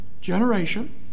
generation